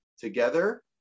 together